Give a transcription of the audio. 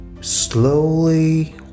slowly